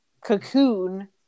cocoon